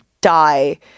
Die